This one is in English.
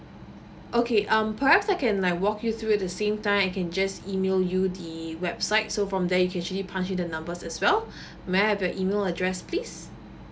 okay um perhaps I can like walk you through at the same time I can just email you the website so from there you can actually pass you the numbers as well may I have your email address please